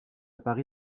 paris